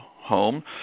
Home